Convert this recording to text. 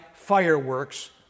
fireworks